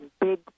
big